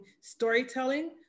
storytelling